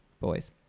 boys